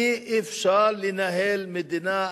אי-אפשר לנהל מדינה,